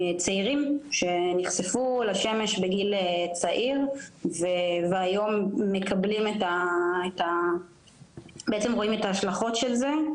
צעירים שנחשפו לשמש בגיל צעיר והיום רואים את ההשלכות של זה,